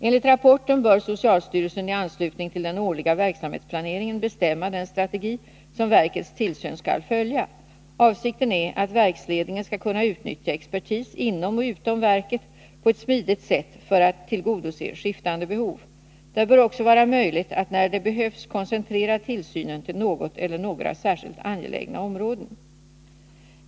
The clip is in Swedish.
Enligt rapporten bör socialstyrelsen i anslutning till den årliga verksamhetsplaneringen bestämma den strategi som verkets tillsyn skall följa. Avsikten är att verksledningen skall kunna utnyttja expertis inom och utom verket på ett smidigt sätt för att tillgodose skiftande behov. Det bör också vara möjligt att när det behövs koncentrera tillsynen till något eller några särskilt angelägna områden.